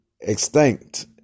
extinct